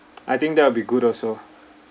I think that will be good also